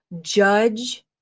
Judge